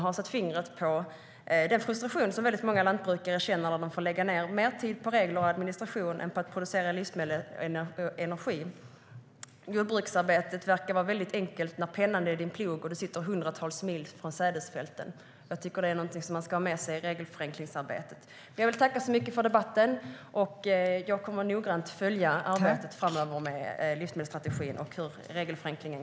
Han satte fingret på den frustration som många lantbrukare kan känna när de får lägga ned mer tid på regler och administration än på att producera livsmedel och energi. Eisenhower sa: Jordbruksarbetet verkar vara väldigt enkelt när pennan är din plog och du sitter hundratals mil från sädesfälten. Jag tycker att det är något som man ska ha med sig i regelförenklingsarbetet. Jag vill tacka så mycket för debatten. Jag kommer att noggrant följa arbetet med livsmedelsstrategin och regelförenklingen.